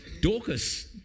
dorcas